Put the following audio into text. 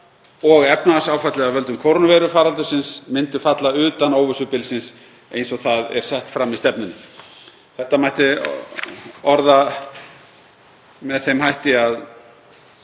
og efnahagsáfallið af völdum kórónuveirufaraldursins myndu falla utan óvissubilsins eins og það er sett fram í stefnunni. Þetta mætti orða með þeim hætti að